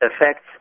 affects